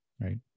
right